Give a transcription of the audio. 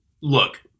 look